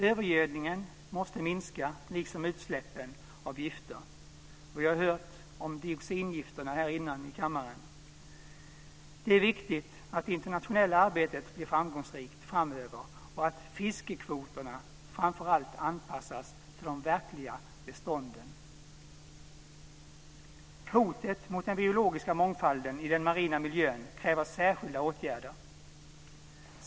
Övergödningen måste minska liksom utsläppen av gifter. Vi har hört om dioxingifterna här tidigare i kammaren. Det är viktigt att det internationella arbetet blir framgångsrikt framöver och att fiskekvoterna framför allt anpassas till de verkliga bestånden. Hotet mot den biologiska mångfalden i den marina miljön kräver särskilda åtgärder.